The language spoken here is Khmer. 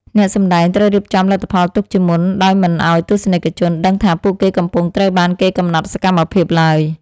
អ្នកសម្តែងត្រូវរៀបចំលទ្ធផលទុកជាមុនដោយមិនឱ្យទស្សនិកជនដឹងថាពួកគេកំពុងត្រូវបានគេកំណត់សកម្មភាពឡើយ។